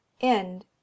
End